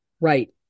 Right